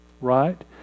right